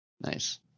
Nice